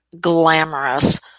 glamorous